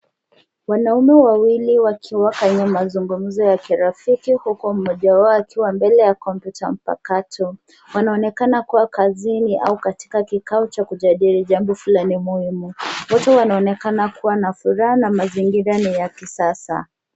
Wanaume wawili wakiwa kwenye mazungumzo ya kirafiki, huku mmoja wao akiwa mbele ya kompyuta mpakato, wanaonekana kuwa kazini au katika kikao cha kujadiri jambo fulani muhimu, wote wanaonekana kuwa na furaha. Na mazingira ni ya kisasa.